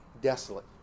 desolate